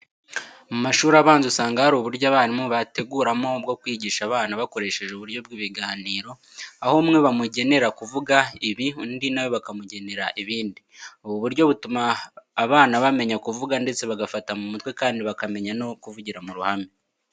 Mu mashuri abanza usanga hari uburyo abarimu bateguramo bwo kwigisha abana bakoresheje uburyo bw'ibiganiro. Aho umwe bamugenera kuvuga ibi, undi na we bakamugenera ibindi. Ubu buryo butuma bana bamenya kuvuga ndetse bagafata mu mutwe kandi bakamenya no kuvugira mu ruhame.